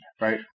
Right